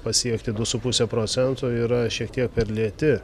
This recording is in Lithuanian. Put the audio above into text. pasiekti du su puse procento yra šiek tiek per lėti